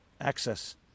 access